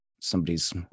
somebody's